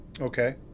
Okay